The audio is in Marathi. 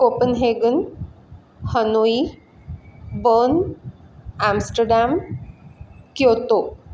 Copenhagen Hanoi Bonn Amsterdam Kyoto